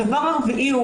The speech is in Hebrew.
הדבר הרביעי,